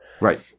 Right